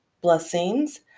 blessings